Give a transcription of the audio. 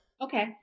Okay